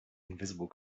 invisible